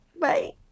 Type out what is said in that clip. Bye